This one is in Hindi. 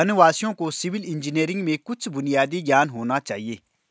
वनवासियों को सिविल इंजीनियरिंग में कुछ बुनियादी ज्ञान होना चाहिए